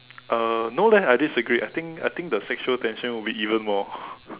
uh no leh I disagree I think I think the sexual tension would be even more